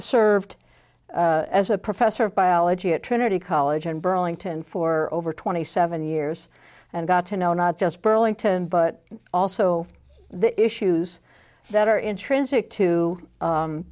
served as a professor of biology at trinity college in burlington for over twenty seven years and got to know not just burlington but also the issues that are intrinsic to